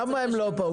למה הם לא פה?